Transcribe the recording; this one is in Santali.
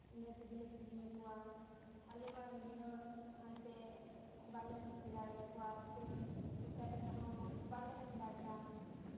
ᱤᱱᱟᱹ ᱛᱮᱜᱮ ᱞᱮ ᱠᱤᱨᱤᱧ ᱟᱠᱚᱣᱟ ᱟᱞᱮ ᱢᱟ ᱨᱮᱸᱜᱮᱡ ᱦᱚᱲ ᱦᱟᱱᱛᱮ ᱵᱟᱞᱮ ᱵᱷᱚᱨᱛᱤ ᱫᱟᱲᱮᱭᱟᱠᱚᱣᱟ ᱥᱮ ᱯᱚᱭᱥᱟ ᱴᱟᱠᱟ ᱦᱚᱸ ᱵᱟᱞᱮ ᱮᱢ ᱫᱟᱲᱮᱭᱟᱜᱼᱟ